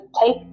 take